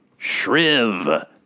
Shriv